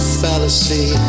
fallacy